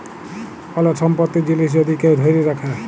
call সম্পত্তির জিলিস যদি কেউ ধ্যইরে রাখে